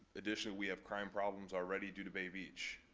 additionally we have crime problems already due to bay beach.